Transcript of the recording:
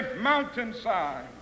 mountainside